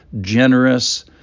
generous